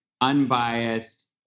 unbiased